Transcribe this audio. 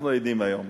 אנחנו עדים היום